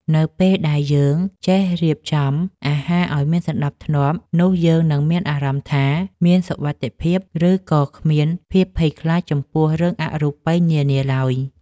នៅពេលដែលយើងចេះរៀបចំអាហារឱ្យមានសណ្តាប់ធ្នាប់នោះយើងនឹងមានអារម្មណ៍ថា មានសុវត្ថិភាព ឬក៏គ្មានភាពភ័យខ្លាចចំពោះរឿងអរូបិយនានាឡើយ។